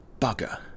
Bugger